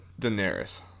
Daenerys